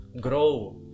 grow